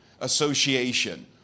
Association